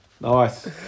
Nice